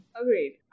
Agreed